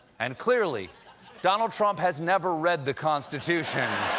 and clearly donald trump has never read the constitution.